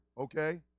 okay